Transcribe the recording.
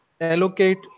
allocate